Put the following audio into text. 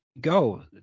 go